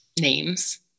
names